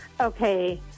Okay